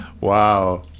Wow